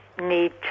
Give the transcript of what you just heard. need